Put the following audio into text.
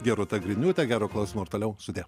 gerūta griniūte gero klausymo ir toliau sudie